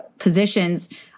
Positions